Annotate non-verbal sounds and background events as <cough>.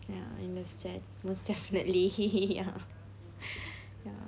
ya understand most definitely <laughs> <breath> ya